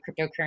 cryptocurrency